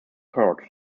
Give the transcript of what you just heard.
courts